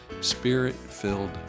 Spirit-Filled